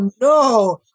no